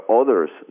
others